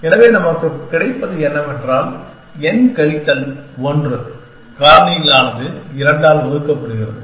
எனவே நமக்குக் கிடைப்பது என்னவென்றால் n கழித்தல் 1 காரணியாலானது 2 ஆல் வகுக்கப்படுகிறது